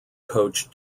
coach